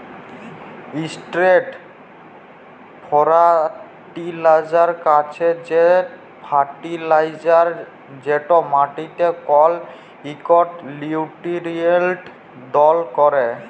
straight fertilizer হছে সে fertilizer যেট মাটিকে কল ইকট লিউটিরিয়েল্ট দাল ক্যরে